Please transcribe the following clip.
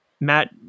Matt